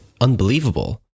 unbelievable